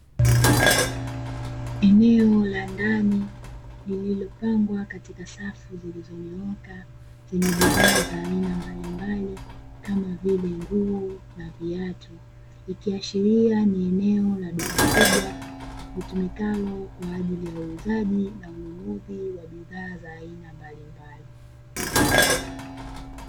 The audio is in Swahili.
Eneo la ndani lililopangwa katika safu zilizonyooka, zenye bidhaa za aina mbalimbali, kama vile nguo na viatu, ikiashiria ni eneo la duka kubwa, litumikalo kwa ajili ya uuzaji na ununuzi wa bidhaa za aina mbalimbali.